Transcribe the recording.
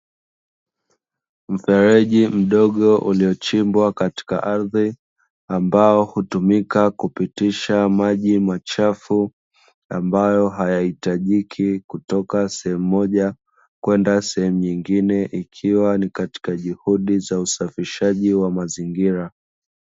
Mfereji mdogo uliochimbwa katika ardhi ambao hutumika kupitisha maji machafu ambayo hayahitajiki, kutoka sehemu moja kwenda nyingine. Ikiwa ni katika juhudi za usafishaji wa mazingira.